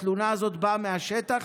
התלונה הזאת באה מהשטח.